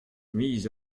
miz